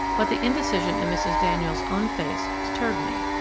but the indecision in mrs. daniels' own face deterred me.